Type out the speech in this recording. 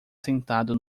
sentado